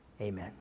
amen